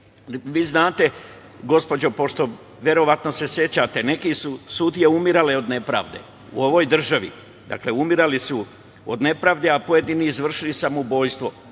znate, gospođo, pošto se verovatno sećate, neke su sudije umirale od nepravde u ovoj državi. Dakle, umirali su od nepravde, a pojedini izvršili samoubistvo.